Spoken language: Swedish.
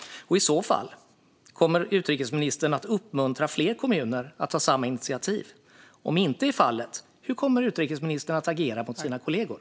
Kommer utrikesministern i så fall att uppmuntra fler kommuner att ta samma initiativ? Om inte, hur kommer utrikesministern att agera mot sina kollegor?